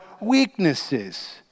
weaknesses